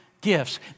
gifts